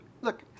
Look